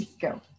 Go